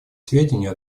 сведению